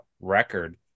record